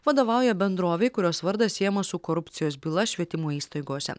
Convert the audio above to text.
vadovauja bendrovei kurios vardas siejamas su korupcijos byla švietimo įstaigose